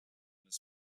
his